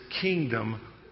kingdom